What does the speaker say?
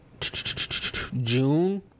June